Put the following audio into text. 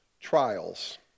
trials